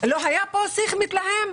לא היה פה שיח מתלהם?